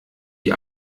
die